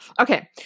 Okay